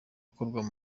gikorwa